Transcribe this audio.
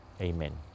Amen